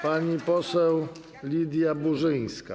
Pani poseł Lidia Burzyńska.